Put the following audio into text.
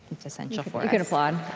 it's essential for us and um ah and